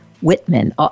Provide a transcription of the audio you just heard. Whitman